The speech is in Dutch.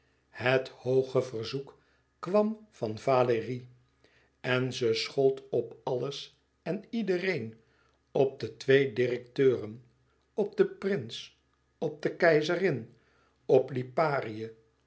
het hooge verzoek kwam van valérie en ze schold op alles en iedereen op de twee direkteuren op den prins op de keizerin op liparië